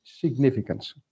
significance